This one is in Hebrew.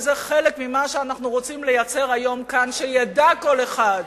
וזה חלק ממה שאנחנו רוצים לייצר היום כאן: שידע כל אחד,